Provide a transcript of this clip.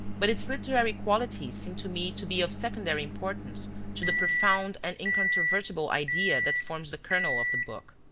but its literary qualities seem to me to be of secondary importance to the profound and incontrovertible idea that forms the kernel of the book.